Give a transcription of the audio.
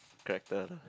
character lah